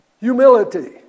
humility